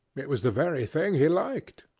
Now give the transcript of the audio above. it was the very thing he liked.